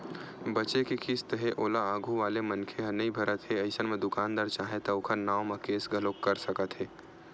बचें के किस्त हे ओला आघू वाले मनखे ह नइ भरत हे अइसन म दुकानदार चाहय त ओखर नांव म केस घलोक कर सकत हे